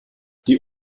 die